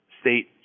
state